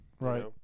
right